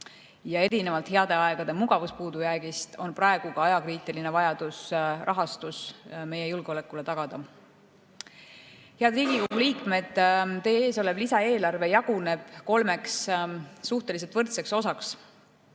Ja erinevalt heade aegade mugavuspuudujäägist on praegu ajakriitiline vajadus rahastus meie julgeolekule tagada. Head Riigikogu liikmed! Teie ees olev lisaeelarve jaguneb kolmeks suhteliselt võrdseks osaks: